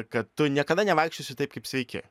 kad tu niekada nevaikščiosiu taip kaip sveiki